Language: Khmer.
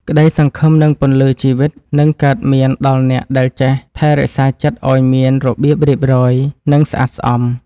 ក្តីសង្ឃឹមនិងពន្លឺជីវិតនឹងកើតមានដល់អ្នកដែលចេះថែរក្សាចិត្តឱ្យមានរបៀបរៀបរយ និង ស្អាតស្អំ។